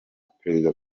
perezida